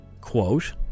quote